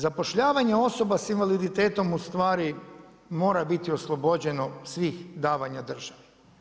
Zapošljavanje osoba s invaliditetom ustvari mora biti oslobođeno svih davanja državi.